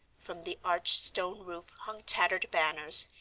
from the arched stone roof hung tattered banners,